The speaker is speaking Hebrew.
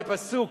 בפסוק,